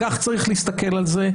כך צריך להסתכל על זה.